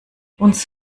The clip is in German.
uns